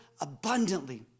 abundantly